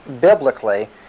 biblically